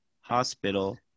hospital